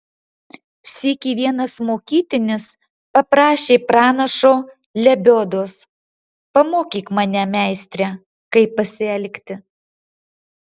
sykį vienas mokytinis paprašė pranašo lebiodos pamokyk mane meistre kaip pasielgti